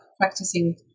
practicing